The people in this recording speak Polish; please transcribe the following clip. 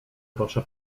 proszę